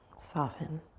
soften.